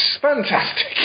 Fantastic